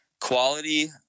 quality